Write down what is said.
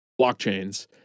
blockchains